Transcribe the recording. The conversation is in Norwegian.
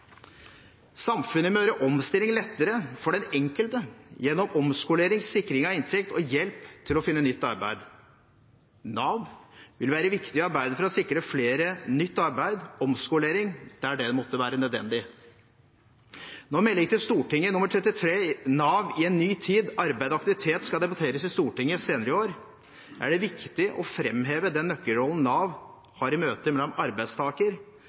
Samfunnet må gjøre omstilling lettere for den enkelte gjennom omskolering, sikring av inntekt og hjelp til å finne nytt arbeid. Nav vil være viktig i arbeidet for å sikre flere nytt arbeid og omskolering der det måtte være nødvendig. Når Meld. St. 33 for 2015–2016, NAV i en ny tid – for arbeid og aktivitet, skal debatteres i Stortinget senere i år, er det viktig å framheve den nøkkelrollen Nav har i møte mellom arbeidstaker